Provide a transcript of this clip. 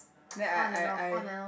then I I I